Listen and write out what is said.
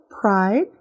Pride